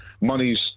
Money's